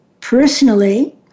personally